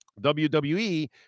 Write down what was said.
WWE